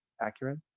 accurate